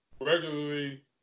regularly